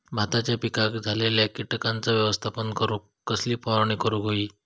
भाताच्या पिकांक झालेल्या किटकांचा व्यवस्थापन करूक कसली फवारणी करूक होई?